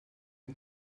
est